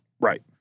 Right